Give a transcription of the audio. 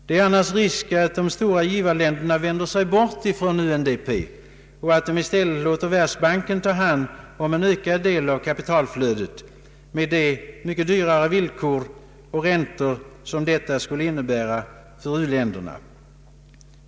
Det finns annars risk för att de stora givarländerna vänder sig bort från UNDP och än mer minskar sitt multilatera bistånd eller låter Världsbanken ta hand om en ökad del av kapitalflödet med de mycket sämre villkor och högre räntor detta innebär för u-länderna.